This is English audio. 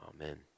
Amen